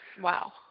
Wow